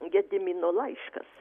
gedimino laiškas